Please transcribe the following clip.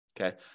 Okay